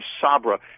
Sabra